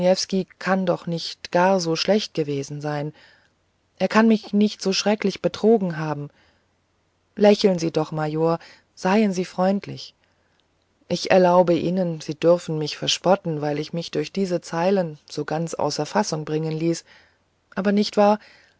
kann doch nicht so gar schlecht gewesen sein er kann mich nicht so schrecklich betrogen haben lächeln sie doch major seien sie freundlich ich erlaube ihnen sie dürfen mich verspotten weil ich mich durch diese zeilen so ganz außer fassung bringen ließ aber nicht wahr